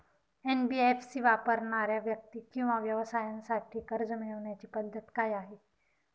NBFC वापरणाऱ्या व्यक्ती किंवा व्यवसायांसाठी कर्ज मिळविण्याची पद्धत काय आहे?